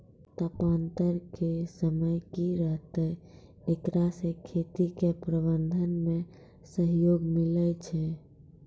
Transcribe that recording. तापान्तर के समय की रहतै एकरा से खेती के प्रबंधन मे सहयोग मिलैय छैय?